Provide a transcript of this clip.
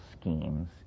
schemes